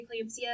preeclampsia